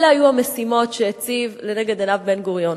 אלה היו המשימות שהציב לנגד עיניו בן-גוריון,